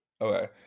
Okay